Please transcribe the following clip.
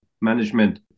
management